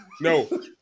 No